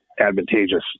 advantageous